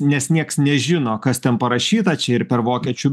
nes nieks nežino kas ten parašyta čia ir per vokiečių